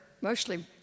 mostly